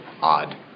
odd